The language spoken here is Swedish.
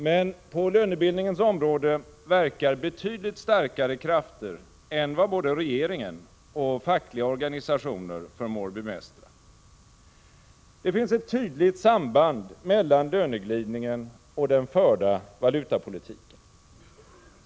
Men på lönebildningens område verkar betydligt starkare krafter än vad både regeringen och fackliga organisationer förmår bemästra. Det finns ett tydligt samband mellan löneglidningen och den förda valutapolitiken.